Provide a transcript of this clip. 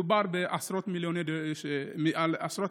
מדובר בעשרות מיליארדי שקלים.